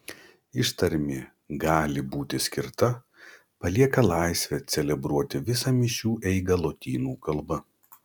ištarmė gali būti skirta palieka laisvę celebruoti visą mišių eigą lotynų kalba